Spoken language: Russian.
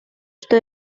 что